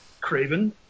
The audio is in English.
craven